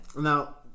Now